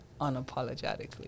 unapologetically